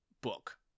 book